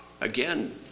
Again